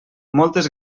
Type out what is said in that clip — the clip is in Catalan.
moltes